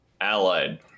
allied